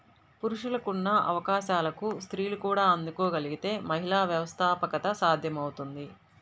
పురుషులకున్న అవకాశాలకు స్త్రీలు కూడా అందుకోగలగితే మహిళా వ్యవస్థాపకత సాధ్యమవుతుంది